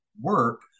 work